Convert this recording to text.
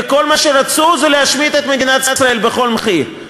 וכל מה שרצו זה להשמיד את מדינת ישראל בכל מחיר.